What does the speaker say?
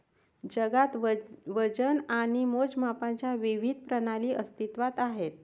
जगात वजन आणि मोजमापांच्या विविध प्रणाली अस्तित्त्वात आहेत